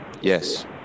Yes